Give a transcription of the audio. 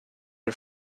are